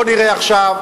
בוא נראה עכשיו,